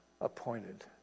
appointed